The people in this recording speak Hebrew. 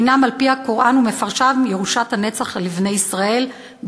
הן על-פי הקוראן ומפרשיו ירושת הנצח לבני ישראל,